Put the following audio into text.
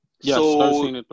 Yes